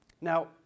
Now